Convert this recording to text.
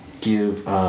give